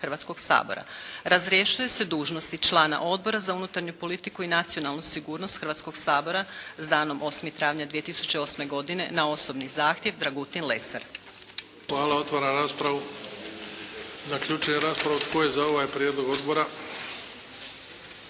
Hrvatskog sabora. Razrješuje se dužnosti člana Odbora za unutarnju politiku i nacionalnu sigurnost Hrvatskog sabora s danom 8. travnja 2008. godine na osobni zahtjev Dragutin Lesar. **Bebić, Luka (HDZ)** Hvala. Otvaram raspravu. Zaključujem raspravu. Tko je za ovaj Prijedlog odbora?